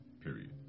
period